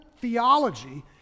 theology